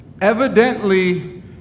evidently